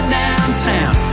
downtown